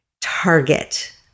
Target